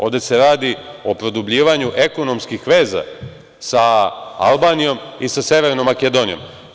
Ovde se radi o produbljivanju ekonomskih veza sa Albanijom i sa Severnom Makedonijom.